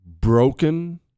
broken